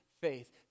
faith